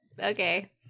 okay